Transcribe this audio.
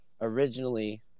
Originally